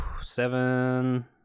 seven